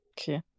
Okay